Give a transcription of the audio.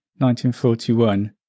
1941